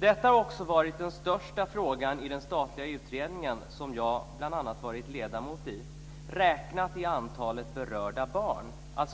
Detta har också varit den största frågan räknat i antalet berörda barn i den statliga utredning som bl.a. jag varit ledamot i.